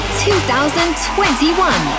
2021